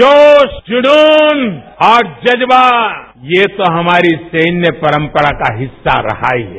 जोश जुनून और जज्बा ये तो हमारी सैन्य परंपरा का हिस्सा रहा ही है